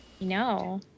No